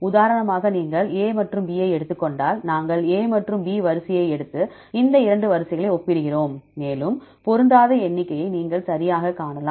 உதாரணமாக நீங்கள் A மற்றும் B ஐ எடுத்துக் கொண்டால் நாங்கள் A மற்றும் B வரிசையை எடுத்து இந்த இரண்டு வரிசைகளையும் ஒப்பிடுகிறோம் மேலும் பொருந்தாத எண்ணிக்கையை நீங்கள் சரியாகக் காணலாம்